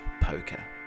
poker